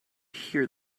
here